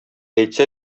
әйтсә